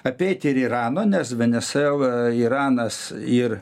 apeit ir irano nes venesuela iranas ir